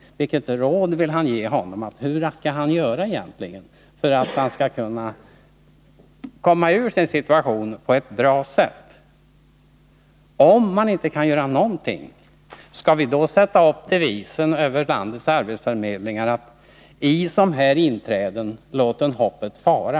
Hur skall den personen egentligen göra för att kunna komma ur sin situation på ett bra sätt? Om man inte kan göra någonting skall vi då sätta upp devisen över landets arbetsförmedlingar: I som här inträden, låten hoppet fara!